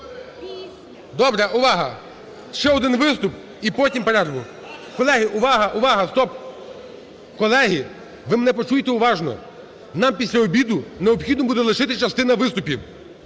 Добре. Увага, ще один виступ і потім перерву. Колеги, увага, увага! Стоп! Колеги, ви мене почуйте уважно. Нам після обіду необхідно буде лишити частину виступів.